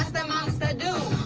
the monster do